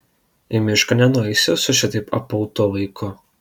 į mišką nenueisi su šitaip apautu vaiku